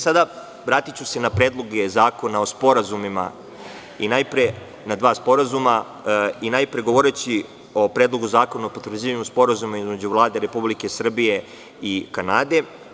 Sada ću se vratiti na predloge zakona o sporazumima i najpre na dva sporazuma i najpre govoreći o Predlogu zakona o potvrđivanju Sporazuma između Vlade Republike Srbije i Kanade.